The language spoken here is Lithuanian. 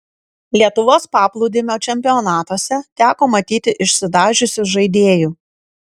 lietuvos paplūdimio čempionatuose teko matyti išsidažiusių žaidėjų